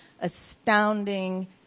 astounding